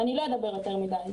אני לא אדבר יותר מדי,